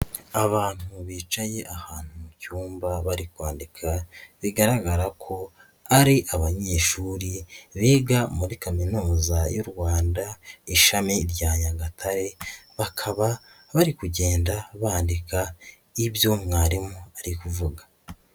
Abantu bicaye ahantu mu cyumba bari kwandika, bigaragara ko ari abanyeshuri biga muri Kaminuza y'u Rwanda, ishami rya Nyagatare, bakaba bari kugenda bandika ibyo mwarimu ari kuvuga.